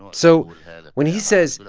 so when he says,